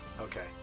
Okay